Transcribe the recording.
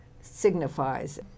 signifies